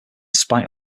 spite